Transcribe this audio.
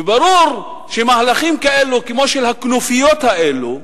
וברור שמהלכים כאלו, כמו של הכנופיות האלה,